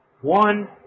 one